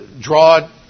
draw